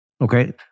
Okay